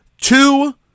two